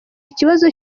ikibazo